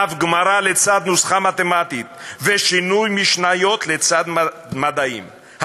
דף גמרא לצד נוסחה מתמטית ושינון משניות לצד מדעים.